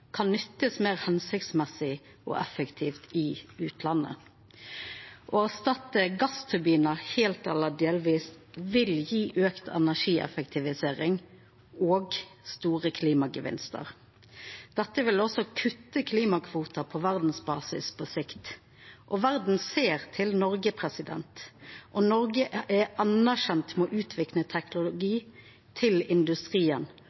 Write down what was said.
kan nyttes mer hensiktsmessig og effektivt i utlandet. Å erstatte gassturbiner helt eller delvis vil gi økt energieffektivisering og store klimagevinster. Dette vil også kutte klimakvoter på verdensbasis på sikt. Verden ser til Norge, og Norge er anerkjent for å utvikle teknologi til industrien,